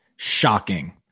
shocking